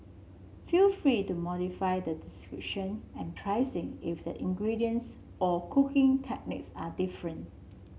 feel free to modify the description and pricing if the ingredients or cooking techniques are different